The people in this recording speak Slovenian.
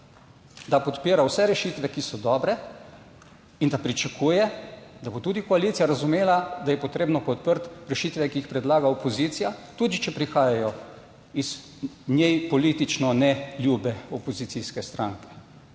da podpira vse rešitve, ki so dobre, in da pričakuje, da bo tudi koalicija razumela, da je potrebno podpreti rešitve, ki jih predlaga opozicija, tudi če prihajajo iz njej politično ne ljube opozicijske stranke.